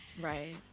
Right